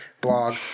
blog